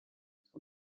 son